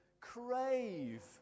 crave